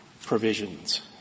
provisions